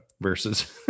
versus